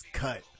cut